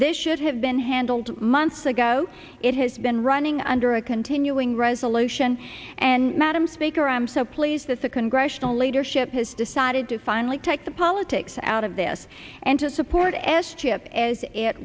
this should have been handled months ago it has been running under a continuing resolution and madam speaker i am so pleased that the congressional leadership has decided to finally take the politics out of this and to support s chip as it